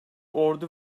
ordu